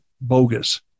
bogus